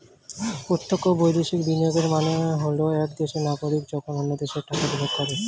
প্রত্যক্ষ বৈদেশিক বিনিয়োগের মানে হল এক দেশের নাগরিক যখন অন্য দেশে টাকা বিনিয়োগ করে